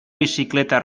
bicicleta